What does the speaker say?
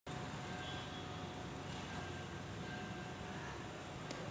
कमी ओल असनं त पिकावर काय परिनाम होते?